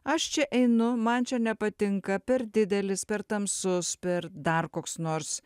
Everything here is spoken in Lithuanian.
aš čia einu man čia nepatinka per didelis per tamsus per dar koks nors